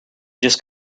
just